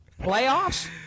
Playoffs